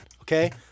Okay